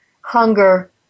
hunger